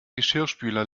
geschirrspüler